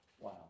Wow